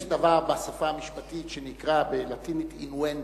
יש דבר בשפה המשפטית שנקרא בלטינית, innuendo.